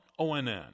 ONN